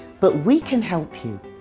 but we can help you.